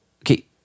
Okay